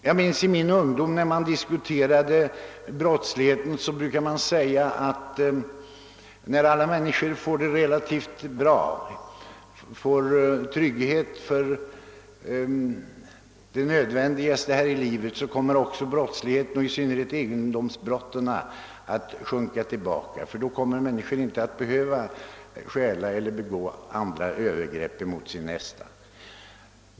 När man i min ungdom diskuterade brottsligheten brukade det heta: Då alla människor får det relativt bra, när de har trygghet för det nödvändigaste här i livet, kommer också brottsligheten, i synnerhet egendomsbrotten, att sjunka tillbaka, ty då behöver människor inte stjäla eller begå övergrepp mot sin nästa.